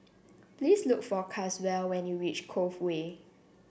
please look for Caswell when you reach Cove Way